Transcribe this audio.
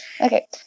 Okay